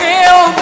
Kill